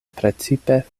precipe